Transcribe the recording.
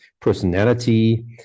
personality